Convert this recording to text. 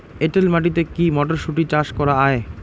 এটেল মাটিতে কী মটরশুটি চাষ করা য়ায়?